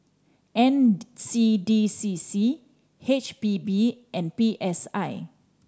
N C D C C H P B and P S I